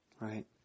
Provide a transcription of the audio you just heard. Right